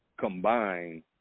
combine